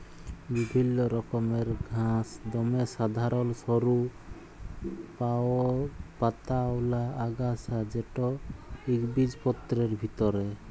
বিভিল্ল্য রকমের ঘাঁস দমে সাধারল সরু পাতাআওলা আগাছা যেট ইকবিজপত্রের ভিতরে